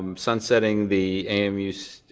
um sunsetting the amus,